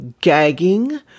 gagging